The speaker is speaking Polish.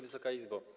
Wysoka Izbo!